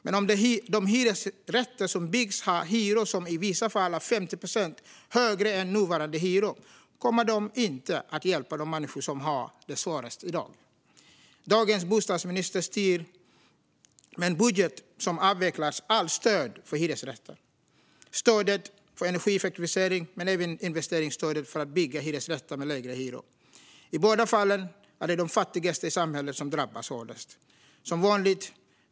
Men om de hyresrätter som byggs har hyror som i vissa fall är 50 procent högre än nuvarande hyror kommer de inte att hjälpa de människor som har det svårast i dag. Dagens bostadsminister styr med en budget som avvecklar allt stöd för hyresrätter - stödet för energieffektivisering och även investeringsstödet för att bygga hyresrätter med lägre hyror. I båda fallen är det de fattigaste i samhället som drabbas hårdast, som vanligt.